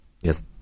Yes